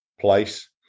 place